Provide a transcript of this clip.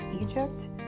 Egypt